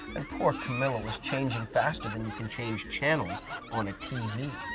and poor camilla was changing faster than you can change channels on a tv.